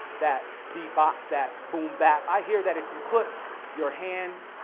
that bebop. that boom bap. i hear that if you put your hand,